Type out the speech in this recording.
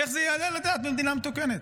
איך זה יעלה על הדעת במדינה מתוקנת?